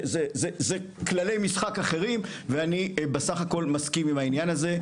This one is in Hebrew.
זה כללי משחק אחרים ואני בסך הכל מסכים עם העניין הזה.